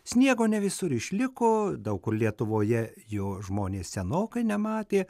sniego ne visur išliko daug kur lietuvoje jo žmonės senokai nematė